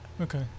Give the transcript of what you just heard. Okay